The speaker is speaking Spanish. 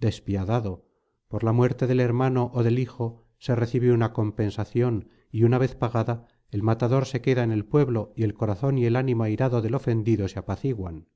despiadado por la muerte del hermano ó del hijo se recibe una compensación y una vez pagada el matador se queda en el pueblo y el corazón y el ánimo airado del ofendido se apaciguan